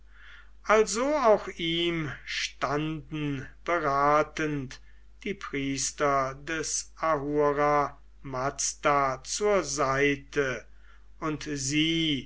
also auch ihm standen beratend die priester des ahura mazda zur seite und sie